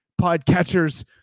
podcatchers